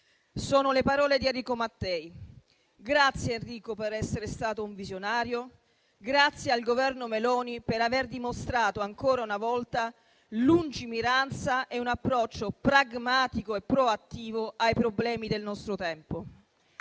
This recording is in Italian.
Sono le parole di Enrico Mattei. Grazie, Enrico, per essere stato un visionario. Grazie al Governo Meloni per aver dimostrato, ancora una volta, lungimiranza e un approccio pragmatico e proattivo ai problemi del nostro tempo.